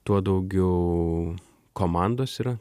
tuo daugiau komandos yra